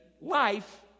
life